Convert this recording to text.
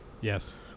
Yes